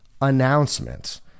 announcement